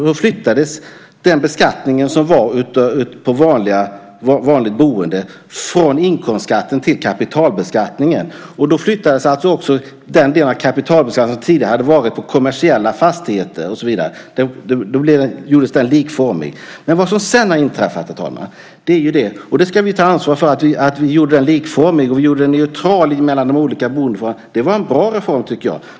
Då flyttades den beskattning som var på vanligt boende från inkomstskatten till kapitalbeskattningen. Och då flyttades alltså också den del av kapitalbeskattningen som tidigare hade varit på kommersiella fastigheter och så vidare. Då gjordes den likformig. Vi ska ta ansvar för att vi gjorde den likformig. Vi gjorde den neutral mellan de olika boendeformerna. Det var en bra reform, tycker jag.